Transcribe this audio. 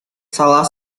salah